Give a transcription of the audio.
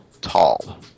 tall